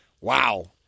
wow